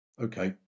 okay